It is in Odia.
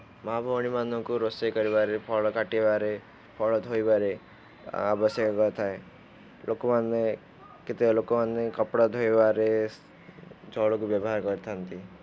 ମା' ଭଉଣୀ ମାନଙ୍କୁ ରୋଷେଇ କରିବାରେ ଫଳ କାଟିବାରେ ଫଳ ଧୋଇବାରେ ଆବଶ୍ୟକ ଥାଏ ଲୋକମାନେ କେତେ ଲୋକମାନେ କପଡ଼ା ଧୋଇବାରେ ଜଳକୁ ବ୍ୟବହାର କରିଥାନ୍ତି